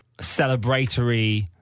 celebratory